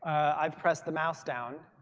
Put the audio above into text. i've pressed the mouse down.